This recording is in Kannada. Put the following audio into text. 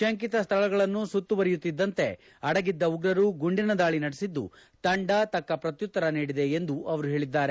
ಶಂಕಿತ ಸ್ಥಳಗಳನ್ನು ಸುತ್ತುವರಿಯುತ್ತಿದ್ದಂತೆ ಅಡಗಿದ್ದ ಉಗ್ರರು ಗುಂಡಿನ ದಾಳಿ ನಡೆಸಿದ್ದು ತಂಡ ತಕ್ಕ ಪ್ರತ್ಯುತ್ತರ ನೀಡಿದೆ ಎಂದು ಅವರು ಹೇಳಿದ್ದಾರೆ